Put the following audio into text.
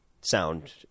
sound